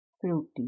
fruity